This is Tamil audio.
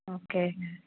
ஓகேங்க